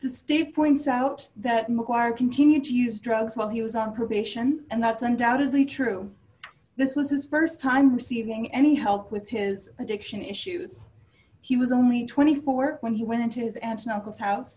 stay points out that mcguire continued to use drugs while he was on probation and that's undoubtedly true this was his st time seeing any help with his addiction issues he was only twenty four when he went into his aunts and uncles house